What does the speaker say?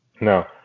No